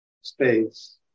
space